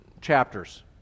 chapters